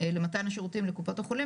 למתן השירותים לקופות החולים,